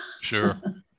Sure